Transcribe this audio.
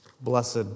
Blessed